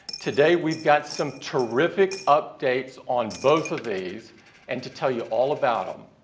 today we've got some terrific updates on both of these and to tell you all about them.